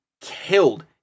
killed